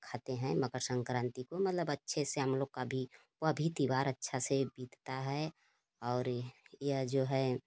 खाते हैं मकर संक्रांति को मतलब अच्छे से हम लोग का भी वह भी त्यौहार अच्छे से बीतता है और यह जो है